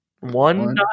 One